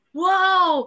wow